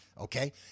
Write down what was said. Okay